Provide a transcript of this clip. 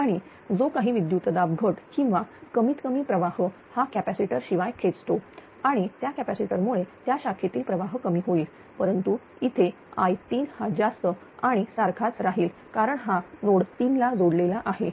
आणि जो काही विद्युतदाब घट किंवा कमीत कमी प्रवाह हा कॅपॅसिटर शिवाय खेचतो आणि त्या कॅपॅसिटर मुळे त्या शाखेतील प्रवाह कमी होईल परंतु इथे I3 हा जास्त आणि सारखाच राहील कारण हा नोड 3 ला जोडलेला आहे